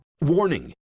Warning